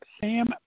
sam